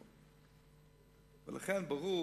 לכן, ברור